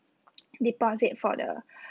deposit for the